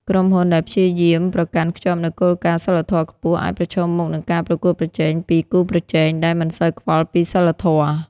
ក្រុមហ៊ុនដែលព្យាយាមប្រកាន់ខ្ជាប់នូវគោលការណ៍សីលធម៌ខ្ពស់ អាចប្រឈមមុខនឹងការប្រកួតប្រជែងពី គូប្រជែងដែលមិនសូវខ្វល់ពីសីលធម៌។